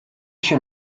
się